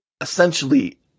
essentially